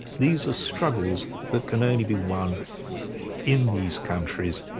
these are struggles that can only be won in these countries,